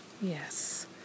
Yes